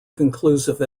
conclusive